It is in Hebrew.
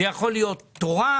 זה יכול להיות תורה,